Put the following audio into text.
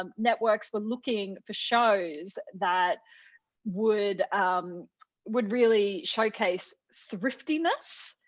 um networks were looking for shows that would um would really showcase thriftiness,